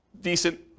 decent